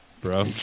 bro